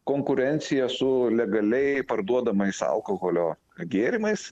konkurencija su legaliai parduodamais alkoholio gėrimais